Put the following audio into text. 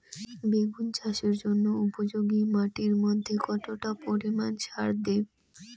বেগুন চাষের জন্য উপযোগী মাটির মধ্যে কতটা পরিমান সার দেব?